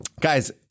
Guys